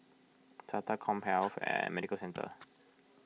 Sata CommHealth Medical Centre